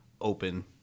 open